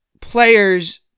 players